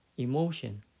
Emotion